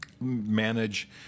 manage